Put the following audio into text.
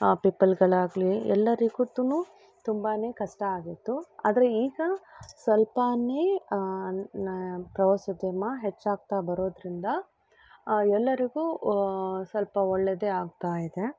ಪೀಪಲ್ಗಳಾಗ್ಲಿ ಎಲ್ಲರಿಗೂ ತುನೂ ತುಂಬಾ ಕಷ್ಟ ಆಗಿತ್ತು ಆದರೆ ಈಗ ಸ್ವಲ್ಪಾನೇ ಪ್ರವಾಸೋದ್ಯಮ ಹೆಚ್ಚಾಗ್ತಾ ಬರೋದರಿಂದ ಎಲ್ಲರಿಗೂ ಸ್ವಲ್ಪ ಒಳ್ಳೆಯದೇ ಆಗ್ತಾ ಇದೆ